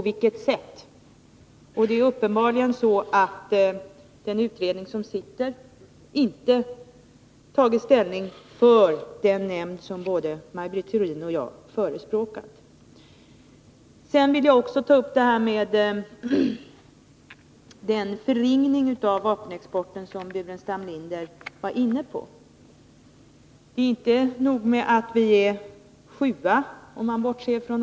Det är uppenbarligen så att en utredning som pågår inte tagit ställning för den nämnd som både Maj Britt Theorin och jag förespråkar. Jag vill också ta upp det förringande av vapenexporten som herr Burenstam Linder gav uttryck för. Det är inte nog med att Sverige är sjua bland vapenexportörerna, inkl.